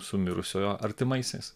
su mirusiojo artimaisiais